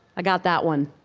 i got that one.